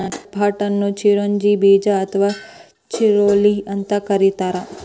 ಕಡ್ಪಾಹ್ನಟ್ ಅನ್ನು ಚಿರೋಂಜಿ ಬೇಜ ಅಥವಾ ಚಿರೋಲಿ ಅಂತ ಕರೇತಾರ